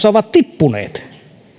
ovat tippuneet